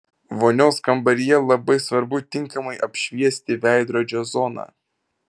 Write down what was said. vonios kambaryje labai svarbu tinkamai apšviesti veidrodžio zoną